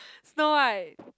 Snow-White